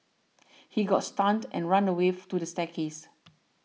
he got stunned and run away to the staircase